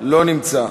לא נמצא,